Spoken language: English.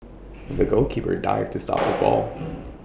the goalkeeper dived to stop the ball